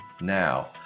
now